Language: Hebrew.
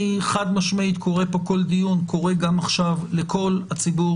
חד-משמעית קורא פה כל דיון וקורא גם עכשיו לכל הציבור